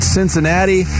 Cincinnati